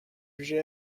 jugé